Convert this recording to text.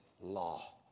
law